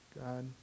God